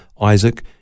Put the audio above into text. Isaac